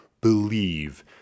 believe